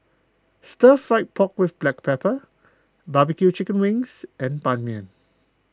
Stir Fried Pork with Black Pepper Barbecue Chicken Wings and Ban Mian